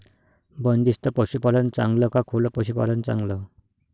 बंदिस्त पशूपालन चांगलं का खुलं पशूपालन चांगलं?